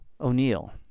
O'Neill